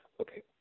Okay